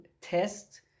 test